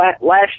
Last